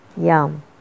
yum